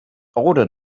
older